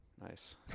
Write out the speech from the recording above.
Nice